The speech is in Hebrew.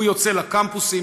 הוא יוצא לקמפוסים,